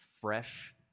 fresh